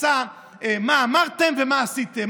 עשה מה אמרתם ומה עשיתם.